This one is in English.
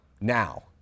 Now